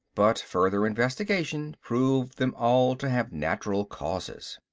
but further investigation proved them all to have natural causes.